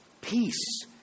Peace